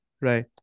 Right